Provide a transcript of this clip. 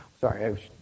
Sorry